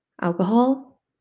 alcohol